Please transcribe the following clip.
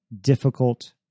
difficult